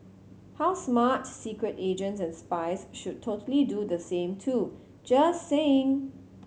how smart secret agents and spies should totally do the same too just saying